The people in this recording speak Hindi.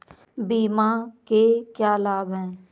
बीमा के क्या लाभ हैं?